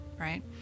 right